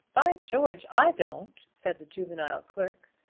by george i don't, said the juvenile clerk.